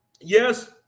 Yes